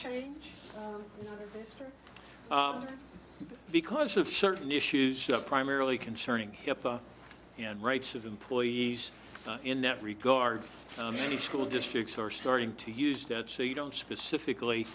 change because of certain issues primarily concerning hipaa and rights of employees in that regard and many school districts are starting to use that so you don't specifically